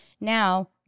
now